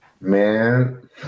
man